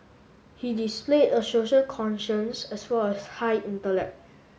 he displayed a social conscience as well as high intellect